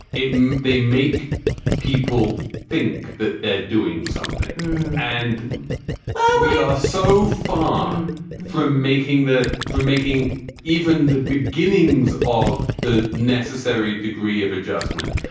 it they make people think that they're doing something. and well, but we are so far um from making the film, making even the beginnings of the necessary degree of adjustment.